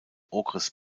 okres